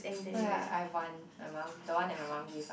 I have one my mum the one that my mum give uh